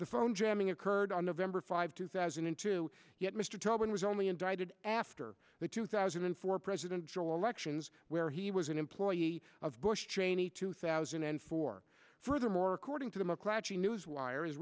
the phone jamming occurred on november five two thousand and two yet mr tobin was only indicted after the two thousand and four presidential elections where he was an employee of bush cheney two thousand and four furthermore according to the mcclatchy news wires as